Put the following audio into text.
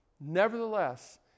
Nevertheless